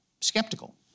skeptical